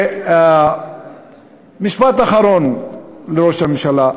משפט אחרון לראש הממשלה: